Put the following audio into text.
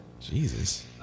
Jesus